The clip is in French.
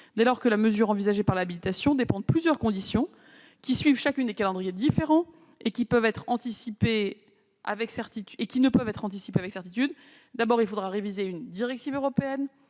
dès lors que la mesure envisagée dans l'habilitation dépend de plusieurs conditions soumises chacune à des calendriers différents, qui ne peuvent être anticipés avec certitude. Il faudra réviser une directive européenne